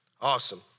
Awesome